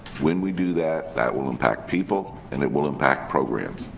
when we do that, that will impact people and it will impact programs,